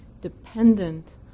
dependent